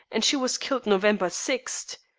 and she was killed november sixth.